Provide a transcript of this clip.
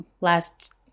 Last